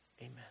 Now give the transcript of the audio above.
Amen